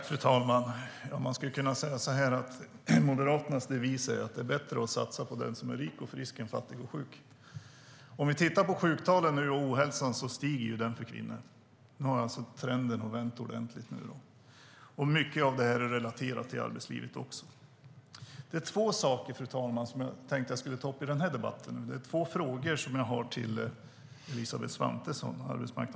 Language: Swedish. Fru talman! Man skulle kunna säga så här: Moderaternas devis är att det är bättre att satsa på den som är rik och frisk än på den som är fattig och sjuk. Sjuktalen och ohälsan stiger för kvinnor. Trenden har vänt ordentligt. Mycket av detta är relaterat till arbetslivet. Fru talman! Det är två frågor jag tänkte att jag skulle ta upp i den här debatten med arbetsmarknadsminister Elisabeth Svantesson.